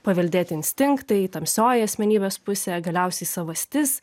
paveldėti instinktai tamsioji asmenybės pusė galiausiai savastis